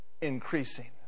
increasing